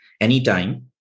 anytime